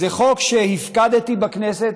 זה חוק שהפקדתי בכנסת.